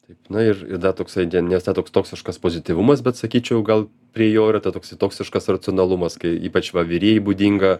taip na ir dar toksai ten ne visai toks toksiškas pozityvumas bet sakyčiau gal prie jo yra ta toks toksiškas racionalumas kai ypač va vyrijai būdinga